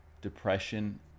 depression